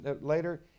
later